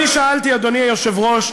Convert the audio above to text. אני שאלתי, אדוני היושב-ראש,